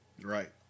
Right